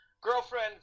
girlfriend